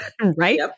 Right